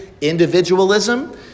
individualism